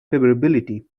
favorability